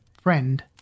friend